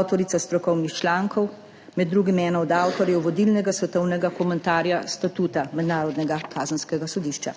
avtorica strokovnih člankov, med drugim ena od avtorjev vodilnega svetovnega komentarja statuta Mednarodnega kazenskega sodišča.